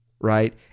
right